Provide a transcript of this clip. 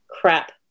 crap